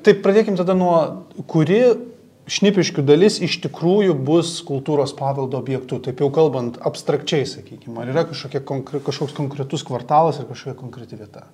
tai pradėkim tada nuo kuri šnipiškių dalis iš tikrųjų bus kultūros paveldo objektu taip jau kalbant abstrakčiai sakykim ar yra kažkokia konkre kažkoks konkretus kvartalas ir kažkokia konkreti vieta